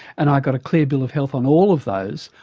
and i got a clear bill of health on all of those.